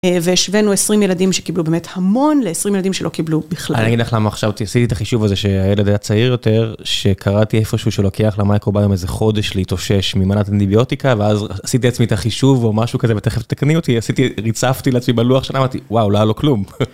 והשווינו 20 ילדים שקיבלו, באמת המון ל-20 ילדים שלא קיבלו בכלל. אני אגיד לך למה עכשיו עשיתי את החישוב הזה שהילד היה צעיר יותר, שקראתי איפשהו שלוקח למיקרוביום איזה חודש להתאושש ממנת אנטיביוטיקה, ואז עשיתי בעצמי את החישוב או משהו כזה, ותכף תקני אותי, עשיתי, ריצפתי לעצמי בלוח שנה, אמרתי, וואו, לא, היה לו כלום.